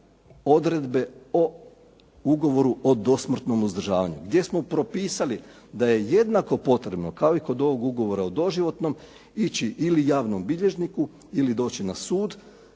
odredbe o ugovoru o dosmrtnom uzdržavanju gdje smo propisali da je jednako potrebno kao i kod ovog ugovora o doživotnom ići ili javnom bilježniku ili doći na sud